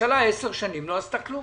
הממשלה במשך עשר שנים לא עשתה כלום.